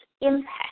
impact